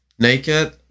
Naked